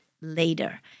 later